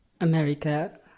America